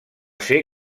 ser